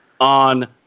on